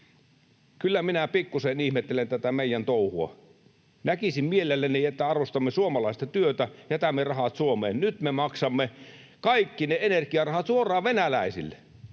Kyllä minä pikkusen ihmettelen tätä meidän touhua. Näkisin mielelläni, että arvostamme suomalaista työtä, jättäisimme rahat Suomeen. Nyt me maksamme kaikki ne energiarahat suoraan venäläisille.